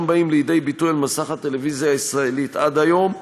באים לידי ביטוי על מסך הטלוויזיה הישראלית עד היום,